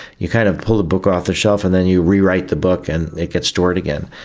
you kind of pull the book off the shelf and then you rewrite the book and it gets stored again.